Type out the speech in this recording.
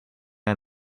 out